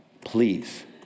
Please